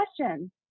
question